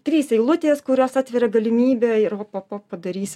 trys eilutės kurios atveria galimybę ir o padarysim